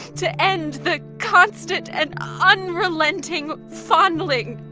to end the constant and ah unrelenting fondling